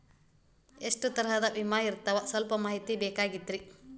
ಎಷ್ಟ ತರಹದ ವಿಮಾ ಇರ್ತಾವ ಸಲ್ಪ ಮಾಹಿತಿ ಬೇಕಾಗಿತ್ರಿ